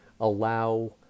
allow